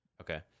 Okay